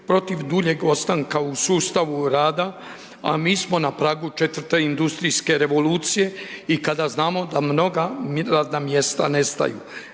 protiv duljeg ostanka u sustavu rada, a mi smo na pragu četvrte industrijske revolucije i kada znamo da mnoga radna mjesta nestaju.